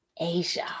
Asia